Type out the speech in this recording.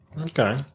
Okay